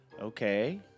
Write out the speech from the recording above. Okay